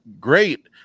great